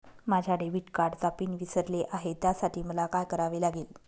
माझ्या डेबिट कार्डचा पिन विसरले आहे त्यासाठी मला काय करावे लागेल?